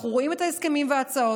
אנחנו רואים את ההסכמים וההצעות,